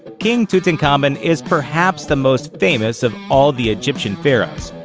king tutankhamun is perhaps the most famous of all the egyptian pharaohs,